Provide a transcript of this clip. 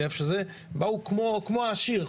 באו כמו העשיר,